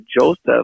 Joseph